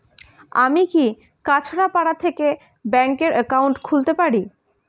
আমি কি কাছরাপাড়া থেকে ব্যাংকের একাউন্ট খুলতে পারি?